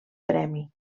premi